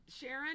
Sharon